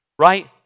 Right